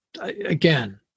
again